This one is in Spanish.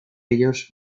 ellos